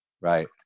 Right